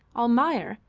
almayer,